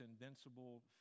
invincible